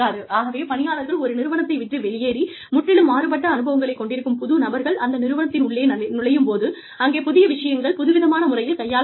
ஆகவே பணியாளர்கள் ஒரு நிறுவனத்தை விட்டு வெளியேறி முற்றிலும் மாறுபட்ட அனுபவங்களைக் கொண்டிருக்கும் புது நபர்கள் அந்த நிறுவனத்தின் உள்ளே நுழையும் போது அங்கே புதிய விஷயங்கள் புதுவிதமான முறையில் கையாளப்படுகிறது